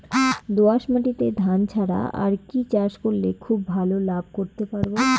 দোয়াস মাটিতে ধান ছাড়া আর কি চাষ করলে খুব ভাল লাভ করতে পারব?